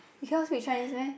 you cannot speak Chinese meh